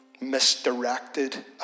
Misdirected